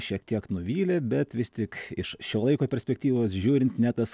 šiek tiek nuvylė bet vis tik iš šio laiko perspektyvos žiūrint net tas